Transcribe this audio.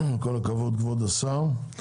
כל הכבוד, כבוד השר.